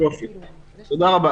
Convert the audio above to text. קודם כל,